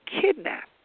kidnapped